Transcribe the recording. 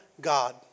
God